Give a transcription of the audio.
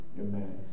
Amen